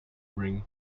ring